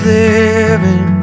living